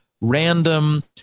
random